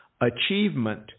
Achievement